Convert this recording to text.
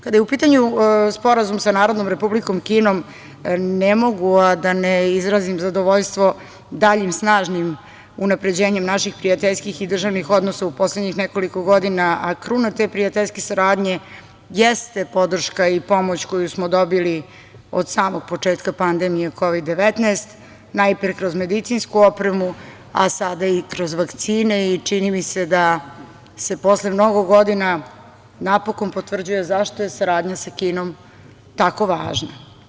Kada je u pitanju Sporazum sa Narodnom Republikom Kinom, ne mogu a da ne izrazim zadovoljstvo daljim snažnim unapređenjem naših prijateljskih i državnih odnosa u poslednjih nekoliko godina, a kruna te prijateljske saradnje jeste podrška i pomoć koju smo dobili od samog početka pandemije Kovid-19, najpre kroz medicinsku opremu, a sada i kroz vakcine i čini mi se da se posle mnogo godina napokon potvrđuje zašto je saradnja sa Kinom tako važna.